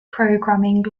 programming